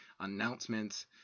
announcements